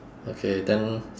okay then